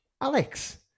alex